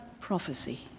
prophecy